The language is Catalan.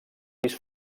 pis